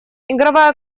игровая